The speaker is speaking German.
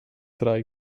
drei